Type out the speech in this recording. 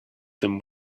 them